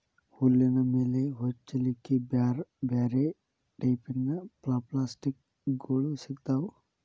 ಹುಲ್ಲಿನ ಮೇಲೆ ಹೊಚ್ಚಲಿಕ್ಕೆ ಬ್ಯಾರ್ ಬ್ಯಾರೆ ಟೈಪಿನ ಪಪ್ಲಾಸ್ಟಿಕ್ ಗೋಳು ಸಿಗ್ತಾವ